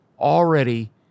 already